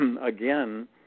again